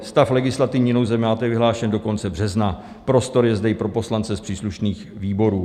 Stav legislativní nouze máte vyhlášený do konce března, prostor je zde i pro poslance z příslušných výborů.